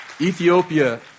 Ethiopia